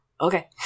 okay